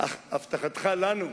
אף הבטחתך לנו,